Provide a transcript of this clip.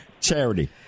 Charity